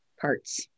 parts